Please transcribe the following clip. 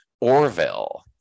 Orville